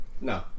no